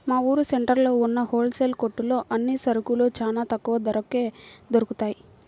మా ఊరు సెంటర్లో ఉన్న హోల్ సేల్ కొట్లో అన్ని సరుకులూ చానా తక్కువ ధరకే దొరుకుతయ్